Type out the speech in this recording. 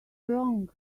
wrong